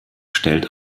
stellt